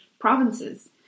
provinces